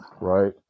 right